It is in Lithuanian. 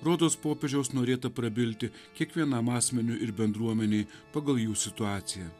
rodos popiežiaus norėta prabilti kiekvienam asmeniui ir bendruomenei pagal jų situaciją